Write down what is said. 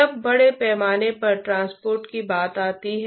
सबसे पहले आपके पास भाप की तरह हो सकता है